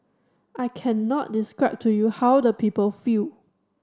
I cannot describe to you how the people feel